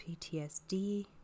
PTSD